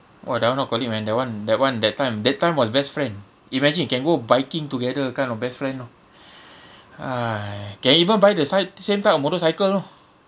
!wah! that [one] not colleague man that [one] that [one] that time that time was best friend imagine can go biking together kind of best friend you know !hais! can even buy the side same type of motorcycle you know